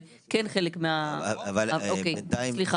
אין בעיה